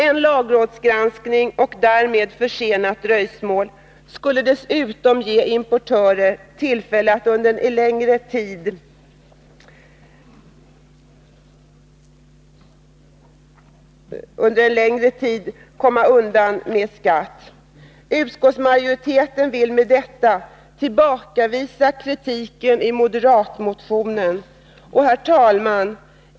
En lagrådsgranskning och det därmed förenade dröjsmålet skulle dessutom ge importören tillfälle att under en längre tid komma undan skatt. Utskottsmajoriteten vill med detta tillbakavisa kritiken i moderatmotionen. Herr talman!